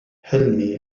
حلمي